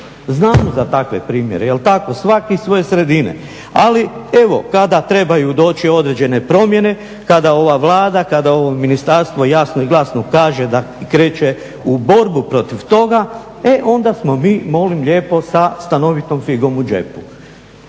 Znamo za takve primjere, jel' tako? Svaki iz svoje sredine. Ali, evo kada trebaju doći određene promjene, kada ova Vlada, kada ovo ministarstvo jasno i glasno kaže da kreće u borbu protiv toga e onda smo mi molim lijepo sa stanovitom figom u džepu.